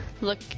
Look